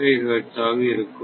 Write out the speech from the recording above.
5 hertz ஆக இருக்கும்